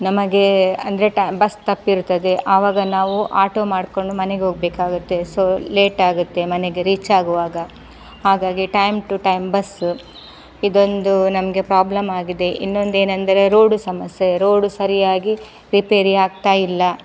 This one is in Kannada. ನಮಗೆ ಅಂದರೆ ಟೈ ಬಸ್ ತಪ್ಪಿರುತ್ತದೆ ಅವಾಗ ನಾವು ಆಟೋ ಮಾಡ್ಕೊಂಡು ಮನೆಗೋಗಬೇಕಾಗತ್ತೆ ಸೊ ಲೇಟಾಗುತ್ತೆ ಮನೆಗೆ ರೀಚಾಗುವಾಗ ಹಾಗಾಗಿ ಟೈಮ್ ಟು ಟೈಮ್ ಬಸ್ಸು ಇದೊಂದು ನಮಗೆ ಪ್ರಾಬ್ಲಮ್ ಆಗಿದೆ ಇನ್ನೊಂದೇನೆಂದರೆ ರೋಡು ಸಮಸ್ಯೆ ರೋಡು ಸರಿಯಾಗಿ ರಿಪೇರಿ ಆಗ್ತಾ ಇಲ್ಲ